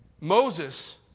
Moses